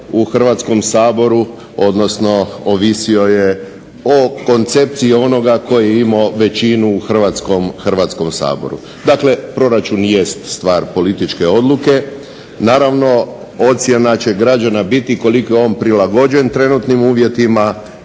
u Hrvatskom saboru, odnosno ovisio je o koncepciji onoga tko je imao većinu u Hrvatskom saboru. Dakle proračun jest stvar političke odluke. Naravno ocjena će građana biti koliko je on prilagođen trenutnim uvjetima